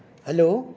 hello